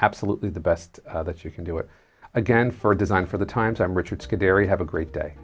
absolutely the best that you can do it again for design for the times i'm richard scary have a great day